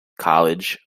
college